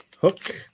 hook